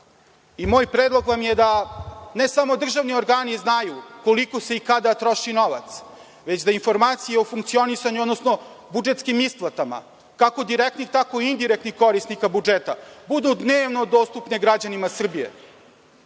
predlog vam je da ne samo državni organi znaju koliko se i kada troši novac, već da informacije o funkcionisanju odnosno budžetskim isplatama, kako direktnih tako i indirektnih korisnika budžeta, budu dnevno dostupne građanima Srbije.